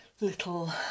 little